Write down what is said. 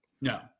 No